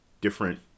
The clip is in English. different